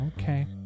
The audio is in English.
Okay